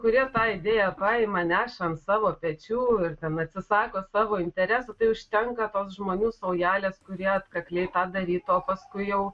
kurie tą idėją paima neša ant savo pečių ir ten atsisako savo interesų tai užtenka tos žmonių saujelės kurie atkakliai tą darytų o paskui jau